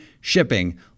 shipping